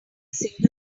single